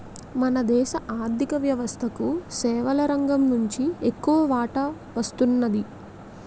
మన దేశ ఆర్ధిక వ్యవస్థకు సేవల రంగం నుంచి ఎక్కువ వాటా వస్తున్నది